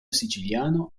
siciliano